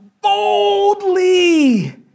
boldly